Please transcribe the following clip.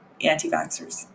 anti-vaxxers